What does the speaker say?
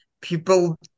people